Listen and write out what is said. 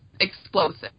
explosive